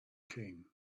came